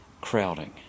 crowding